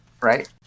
right